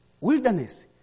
wilderness